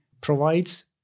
provides